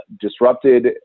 disrupted